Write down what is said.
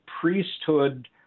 priesthood